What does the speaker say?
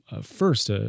first